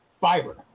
fiber